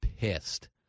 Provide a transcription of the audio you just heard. pissed